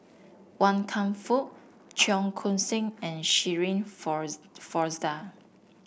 Wan Kam Fook Cheong Koon Seng and Shirin Fozdar